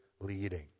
leading